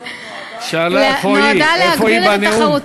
היא שאלה איפה היא, איפה היא בנאום.